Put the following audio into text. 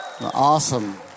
Awesome